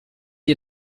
ihr